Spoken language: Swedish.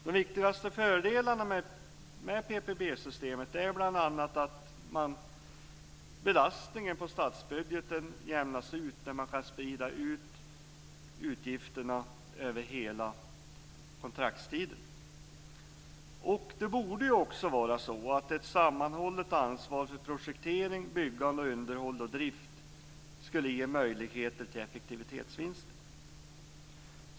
De viktigaste fördelarna med PPP-systemet är bl.a. att belastningen på statsbudgeten jämnas ut när man kan sprida ut utgifterna över hela kontraktstiden. Det borde också vara så att ett sammanhållet ansvar för projektering, byggande, underhåll och drift skulle ge möjlighet till effektivitetsvinster.